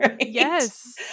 Yes